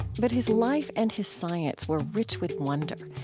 but his life and his science were rich with wonder,